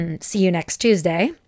see-you-next-Tuesday